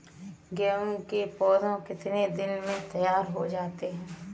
गेहूँ के पौधे कितने दिन में तैयार हो जाते हैं?